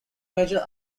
major